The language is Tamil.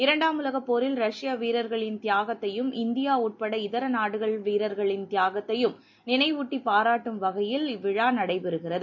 இரண்டாம் உலகப் போரில் ரஷ்ய வீரர்களின் தியாகத்தையும் இந்தியா உட்பட இதர நாடுகளின் வீரர்களின் பங்களிப்பையும் நினைவூட்டிப் பாராட்டும் வகையில் நடைபெறுகிறது